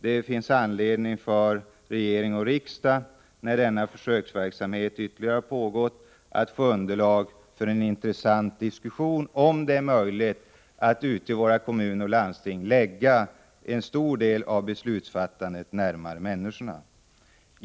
Det finns anledning för regering och riksdag att när denna försöksverksamhet pågått ytterligare en tid skaffa sig underlag för en intressant diskussion om det är möjligt att ute i kommuner och landsting förlägga en stor del av beslutsfattandet närmare människorna.